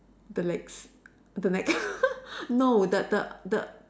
the legs the neck no the the the